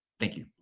thank you.